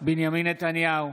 בנימין נתניהו,